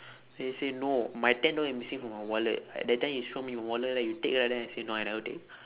then he say no my ten dollar is missing from my wallet at that time you show me the wallet right you take right then I say no I never take